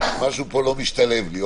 משהו פה לא משתלב לי.